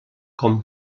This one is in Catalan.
com